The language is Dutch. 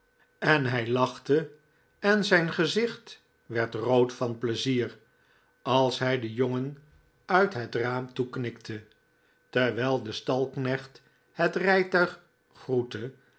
en hij lachte en zijn gezicht werd rood van pleizier als hij den jongen uit het raam toeknikte terwijl de stalknecht het rijtuig groette